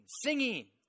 singing